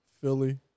Philly